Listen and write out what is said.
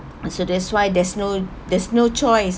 and so that's why there's no there's no choice